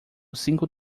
cinco